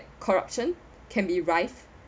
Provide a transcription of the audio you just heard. corruption can be rise